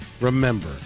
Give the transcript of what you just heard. remember